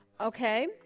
Okay